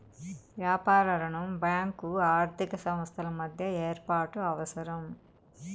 వ్యాపార రుణం బ్యాంకు ఆర్థిక సంస్థల మధ్య ఏర్పాటు అవసరం